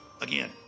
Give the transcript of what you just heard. Again